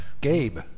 Gabe